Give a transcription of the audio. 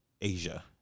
Asia